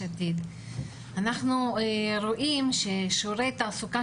אנחנו רואים שבעשורים האחרונים שיעורי התעסוקה